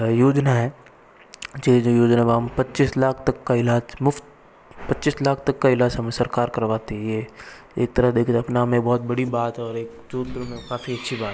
योजना है जो ये योजना है हम पच्चीस लाख तक का इलाज मुफ़्त पच्चीस लाख तक का इलाज हमें सरकार करवाती है एक तरह देखा जाए अपना में बहुत बड़ी बात और एक जोधपुर में काफ़ी अच्छी बात है